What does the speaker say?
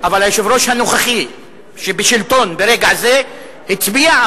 היושב-ראש הנוכחי שבשלטון ברגע זה הצביע,